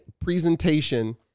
presentation